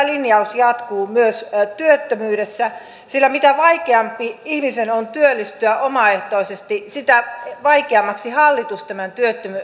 linjaus jatkuu myös työttömyydessä sillä mitä vaikeampi ihmisen on työllistyä omaehtoisesti sitä vaikeammaksi hallitus tämän